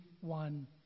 one